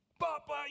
Papa